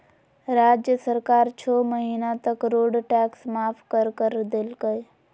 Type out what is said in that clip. राज्य सरकार छो महीना तक रोड टैक्स माफ कर कर देलकय